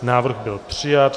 Návrh byl přijat.